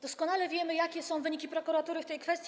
Doskonale wiemy, jakie są wyniki prokuratury w tej kwestii.